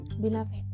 Beloved